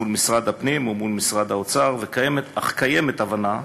מול משרד הפנים ומול משרד האוצר, אך קיימת הבנה